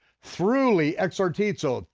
throughly exartizo,